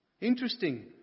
Interesting